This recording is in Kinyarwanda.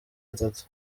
atatu